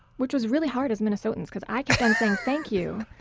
which was really hard as minnesotans because i kept saying thank you,